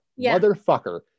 Motherfucker